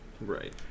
Right